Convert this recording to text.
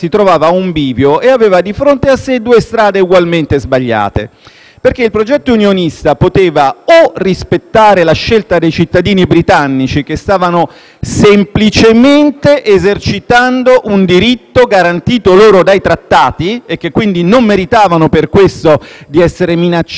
il progetto unionista poteva: o rispettare la scelta dei cittadini britannici, che stavano semplicemente esercitando un diritto garantito loro dai Trattati, e che, quindi, non meritavano per questo di essere minacciati dalle massime autorità europee, che di quei Trattati erano i difensori,